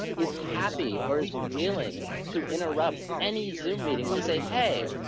is happy or is willing to interrupt any zoom meeting to say, hey,